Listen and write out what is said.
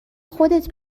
خودت